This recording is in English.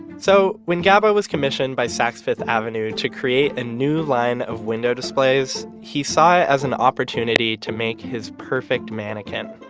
so when gaba was commissioned by saks fifth avenue to create a new line of window displays, he saw it as an opportunity to make his perfect mannequin.